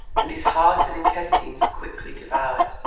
and his heart and intestines quickly devoured.